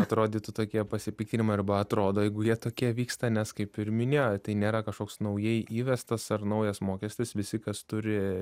atrodytų tokie pasipiktinimai arba atrodo jeigu jie tokie vyksta nes kaip ir minėjo tai nėra kažkoks naujai įvestas ar naujas mokestis visi kas turi